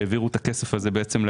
כשהם העבירו את הכסף הזה לילדים.